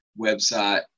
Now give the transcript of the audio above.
website